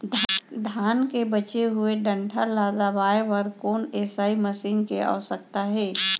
धान के बचे हुए डंठल ल दबाये बर कोन एसई मशीन के आवश्यकता हे?